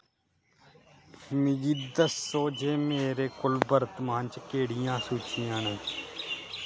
मिगी दस्सो जे मेरे कोल वर्तमान च केह्ड़ियां सूचियां न